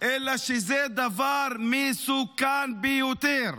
אלא זה דבר מסוכן ביותר.